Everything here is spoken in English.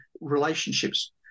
relationships